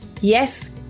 Yes